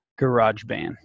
GarageBand